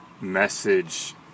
message